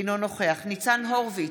אינו נוכח ניצן הורוביץ,